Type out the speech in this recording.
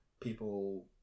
people